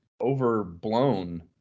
overblown